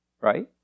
right